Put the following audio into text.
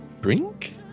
drink